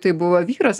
tai buvo vyras